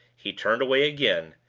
he turned away again,